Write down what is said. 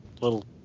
Little